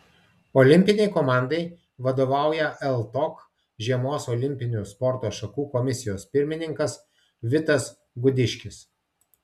olimpinei komandai vadovauja ltok žiemos olimpinių sporto šakų komisijos pirmininkas vitas gudiškis